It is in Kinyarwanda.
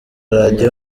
radiyo